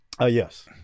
Yes